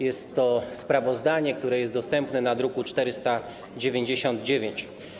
Jest to sprawozdanie, które jest dostępne w druku nr 499.